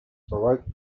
baroque